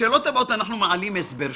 בשאלות הבאות אנחנו מעלים הסבר שונה,